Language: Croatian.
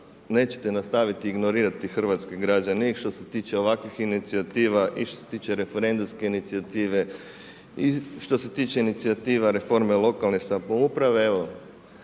nećete nastaviti ignorirati hrvatske građane i što se tiče ovakvih inicijativa i što se tiče referendumske inicijative i što se tiče inicijativa reforme lokalne samouprave,